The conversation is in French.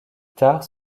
tard